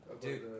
Dude